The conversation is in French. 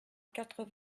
quatre